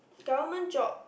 government job